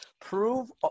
Prove